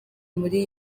muri